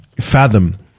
fathom